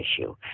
issue